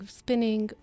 spinning